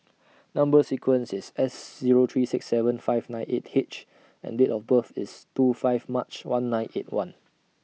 Number sequence IS S Zero three six seven five nine eight H and Date of birth IS two five March one nine eight one